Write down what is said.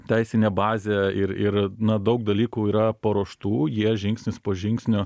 teisinę bazę ir ir na daug dalykų yra paruoštų jie žingsnis po žingsnio